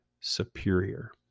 superior